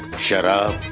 shut up!